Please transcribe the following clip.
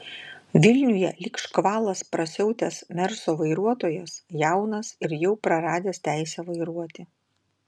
vilniuje lyg škvalas prasiautęs merso vairuotojas jaunas ir jau praradęs teisę vairuoti